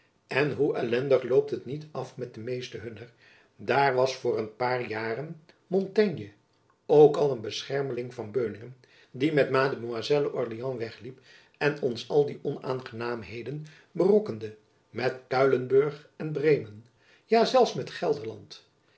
en hoe ellendig loopt het niet af met de meesten hunner daar was voor een paar jaren mortaigne ook al een beschermeling van van beuningen die met mademoiselle orleans wegliep en ons al die onaangenaamheden berokkende met kuilenburg en bremen ja zelfs met gelderland